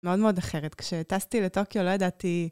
מאוד מאוד אחרת. כשטסתי לטוקיו לא ידעתי...